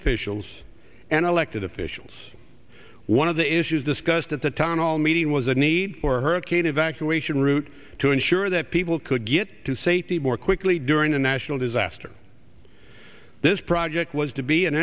officials and elected officials one of the issues discussed at the town hall meeting was a need for hurricane evacuation route to ensure that people could get to safety more quickly during a national disaster this project was to be an